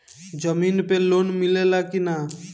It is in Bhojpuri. जमीन पे लोन मिले ला की ना?